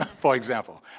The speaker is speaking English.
for example,